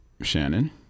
Shannon